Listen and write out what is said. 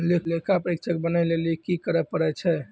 लेखा परीक्षक बनै लेली कि करै पड़ै छै?